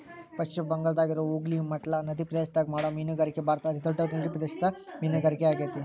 ಪಶ್ಚಿಮ ಬಂಗಾಳದಾಗಿರೋ ಹೂಗ್ಲಿ ಮಟ್ಲಾ ನದಿಪ್ರದೇಶದಾಗ ಮಾಡೋ ಮೇನುಗಾರಿಕೆ ಭಾರತದ ಅತಿ ದೊಡ್ಡ ನಡಿಪ್ರದೇಶದ ಮೇನುಗಾರಿಕೆ ಆಗೇತಿ